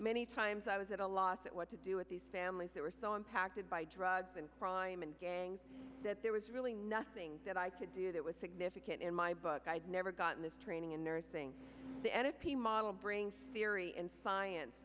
many times i was at a loss what to do with these families that were so impacted by drugs and crime and gangs that there was really nothing that i could do that was significant in my book i'd never gotten this training in nursing the n e p model brings theory and science